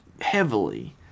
heavily